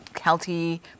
healthy